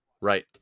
Right